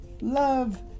love